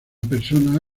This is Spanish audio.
persona